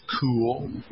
cool